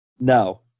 No